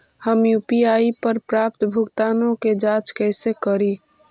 हम यु.पी.आई पर प्राप्त भुगतानों के जांच कैसे करी?